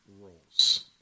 roles